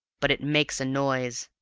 but it makes a noise,